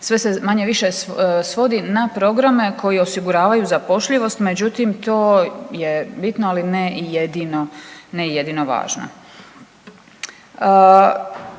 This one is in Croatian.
Sve se manje-više svodi na programe koji osiguravaju zapošljivost, međutim to je bitno, ali ne i jedino, ne